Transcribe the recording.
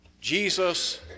Jesus